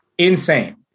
Insane